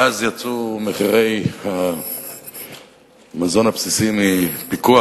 מאז יצאו מחירי המזון הבסיסיים מפיקוח,